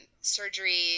surgery